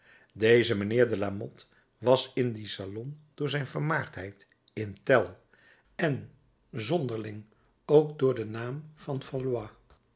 deze mijnheer de lamothe was in dien salon door zijn vermaardheid in tel en zonderling ook door den naam van